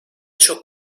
çok